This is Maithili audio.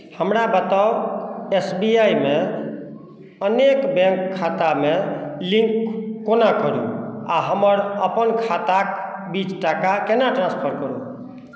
हमरा बताउ एस बी आइ मे अनेक बैंक खातामे लिंक कोना करू आ हमर अपन खाताक बीच टाका केना ट्रान्सफर करू